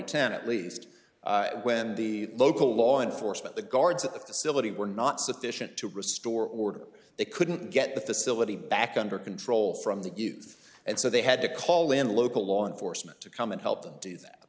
ten at least when the local law enforcement the guards at the facility were not sufficient to restore order they couldn't get the facility back under control from the youth and so they had to call in local law enforcement to come and help them do that